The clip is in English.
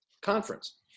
conference